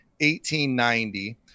1890